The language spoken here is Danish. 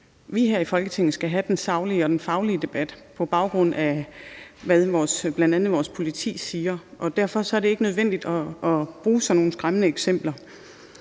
vi her i Folketinget skal have den saglige og faglige debat, på baggrund af hvad bl.a. vores politi siger. Derfor er det ikke nødvendigt at bruge sådan nogle skræmmende eksempler.